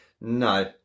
No